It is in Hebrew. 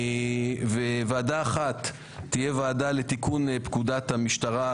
ועדה אחת תהיה ועדה לתיקון פקודת המשטרה,